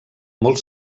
molt